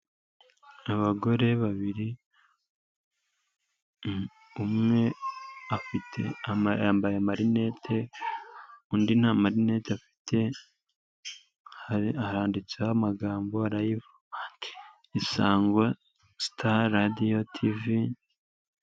Abagore babiri umwe afite yambaye amarinete undi nta marinete afite, handitseho amagambo aravuga ati isangwa sitari Radiyo TV.